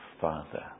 Father